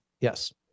Yes